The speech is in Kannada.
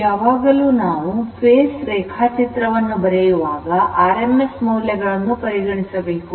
ಯಾವಾಗಲೂ ನಾವು ಫೇಸ್ ರೇಖಾಚಿತ್ರವನ್ನು ಬರೆಯುವಾಗ rms ಮೌಲ್ಯಗಳನ್ನು ಪರಿಗಣಿಸಬೇಕು